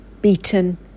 beaten